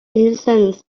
innocence